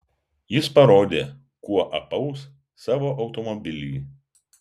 jis parodė kuo apaus savo automobilį